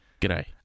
G'day